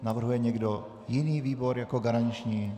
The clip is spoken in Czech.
Navrhuje někdo jiný výbor jako garanční?